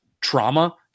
trauma